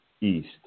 East